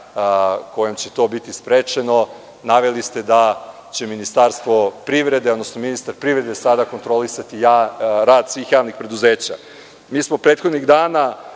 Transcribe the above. kojom će to biti sprečeno naveli ste da će Ministarstvo privrede, odnosno ministar privrede sada kontrolisati rad svih javnih preduzeća. Mi smo prethodnih dana